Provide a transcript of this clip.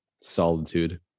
solitude